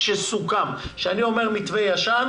כשאני אומר מתווה ישן,